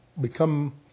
become